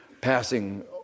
passing